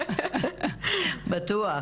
בבקשה.